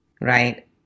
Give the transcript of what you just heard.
right